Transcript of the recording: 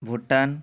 Bhutan